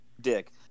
dick